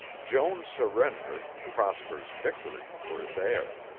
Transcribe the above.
joan's surrender, prosper's victory, were there.